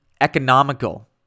economical